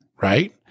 right